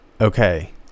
okay